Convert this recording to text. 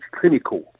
clinical